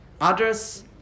Others